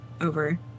over